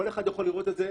כל אחד יכול לראות את זה.